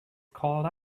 called